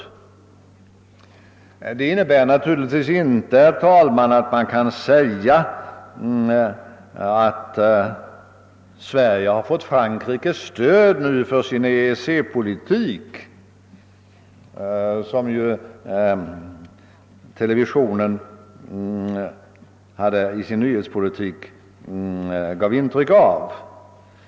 Detta innebär naturligtvis inte, herr talman, att Sverige nu har fått Frankrikes stöd för sin EEC-politik, såsom televisionen i sin nyhetsförmedling gav intryck av.